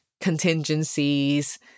contingencies